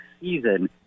season